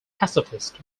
pacifist